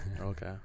Okay